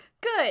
Good